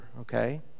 okay